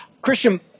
Christian